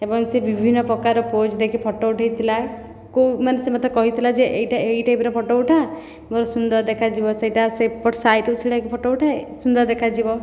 ଏବଂ ସେ ବିଭିନ୍ନ ପ୍ରକାର ପୋଜ୍ ଦେଇକି ଫଟୋ ଉଠାଇଥିଲା କେଉଁମାନେ ସେ ମୋତେ କହିଥିଲା ଯେ ଏହିଟା ଏହି ଟାଇପ୍ର ଫଟୋ ଉଠା ମୋର ସୁନ୍ଦର ଦେଖାଯିବ ସେହିଟା ସେପଟ ସାଇଟ୍ରୁ ଛିଡ଼ା ହୋଇକି ଫଟୋ ଉଠା ସୁନ୍ଦର ଦେଖାଯିବ